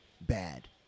bad